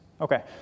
Okay